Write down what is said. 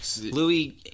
Louis